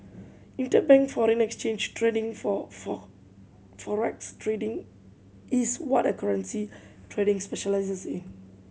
interbank foreign exchange trading for Forex trading is what a currency trader specialises in